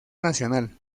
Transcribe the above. nacional